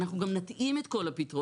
אנחנו גם נתאים את כל הפתרונות',